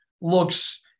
looks